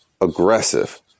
aggressive